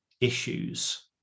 issues